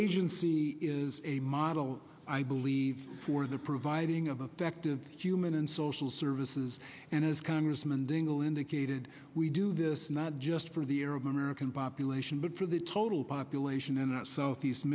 agency is a model i believe for the providing of affective human and social services and as congressman dingell indicated we do this not just for the arab american population but for the total population in the southeast